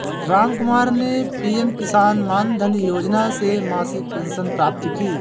रामकुमार ने पी.एम किसान मानधन योजना से मासिक पेंशन प्राप्त की